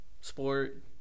sport